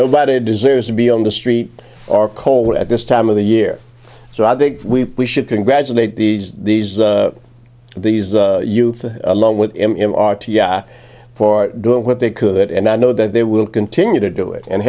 nobody deserves to be on the street or cold at this time of the year so i think we should congratulate these these these youth along with him in r t i for doing what they could and i know that they will continue to do it and